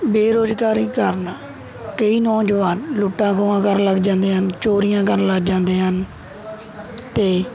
ਬੇਰੁਜ਼ਗਾਰੀ ਕਾਰਨ ਕਈ ਨੌਜਵਾਨ ਲੁੱਟਾਂ ਖੋਹਾਂ ਕਰਨ ਲੱਗ ਜਾਂਦੇ ਹਨ ਚੋਰੀਆਂ ਕਰਨ ਲੱਗ ਜਾਂਦੇ ਹਨ ਅਤੇ